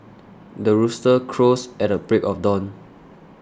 the rooster crows at the break of dawn